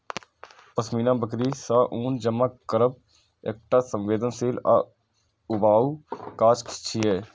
पश्मीना बकरी सं ऊन जमा करब एकटा संवेदनशील आ ऊबाऊ काज छियै